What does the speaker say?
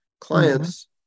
clients